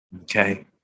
Okay